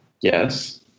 Yes